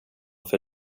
för